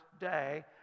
day